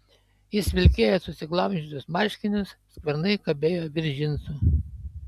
jis vilkėjo susiglamžiusius marškinius skvernai kabėjo virš džinsų